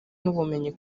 n’ubumenyi